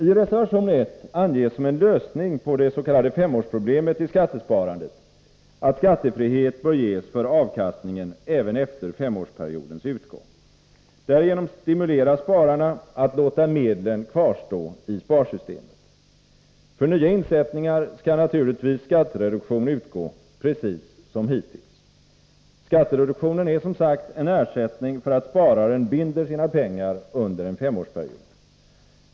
I reservation 1 anges som en lösning på det s.k. femårsproblemet i skattesparandet att skattefrihet bör ges för avkastningen även efter femårsperiodens utgång. Därigenom stimuleras spararna att låta medlen kvarstå i sparsystemet. För nya insättningar skall naturligtvis skattereduktion utgå precis som hittills. Skattereduktionen är som sagt en ersättning för att spararen binder sina pengar under en femårsperiod.